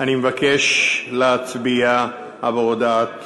אני מבקש להצביע על הודעת